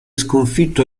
sconfitto